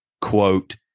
quote